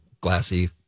glassy